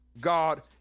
God